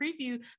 preview